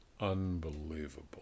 unbelievable